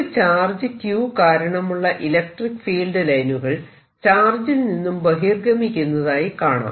ഒരു charge q കാരണമുള്ള electric field ലൈനുകൾ ചാർജിൽ നിന്നും ബഹിർഗമിക്കുന്നതായി കാണാം